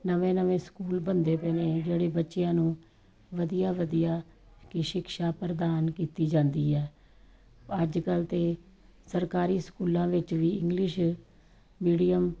ਨਵੇਂ ਨਵੇਂ ਸਕੂਲ ਬਣਦੇ ਪਏ ਨੇ ਜਿਹੜੇ ਬੱਚਿਆਂ ਨੂੰ ਵਧੀਆ ਵਧੀਆ ਸ਼ਿਕਸ਼ਾ ਪ੍ਰਦਾਨ ਕੀਤੀ ਜਾਂਦੀ ਹੈ ਅੱਜ ਕੱਲ੍ਹ ਤਾਂ ਸਰਕਾਰੀ ਸਕੂਲਾਂ ਵਿੱਚ ਵੀ ਇੰਗਲਿਸ਼ ਮੀਡੀਅਮ